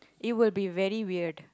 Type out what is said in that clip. it will be very weird